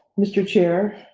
mr. chair.